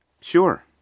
Sure